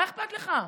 מה אכפת לך?